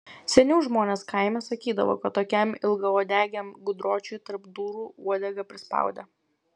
seniau žmonės kaime sakydavo kad tokiam ilgauodegiam gudročiui tarp durų uodegą prispaudė